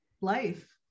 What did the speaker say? life